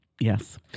Yes